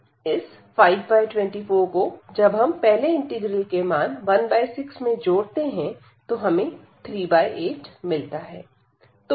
इस 524 को जब हम पहले इंटीग्रल के मान 16 में जोड़ते हैं तो हमें 38 मिलता है